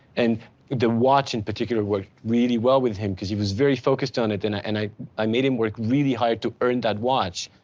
and the watch in particular worked really well with him because he was very focused on it. and ah and i i made him work really hard to earn that watch.